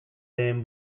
den